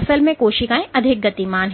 असल में कोशिकाएं अधिक गतिमान है